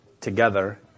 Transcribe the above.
together